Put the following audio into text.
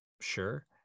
Sure